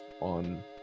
on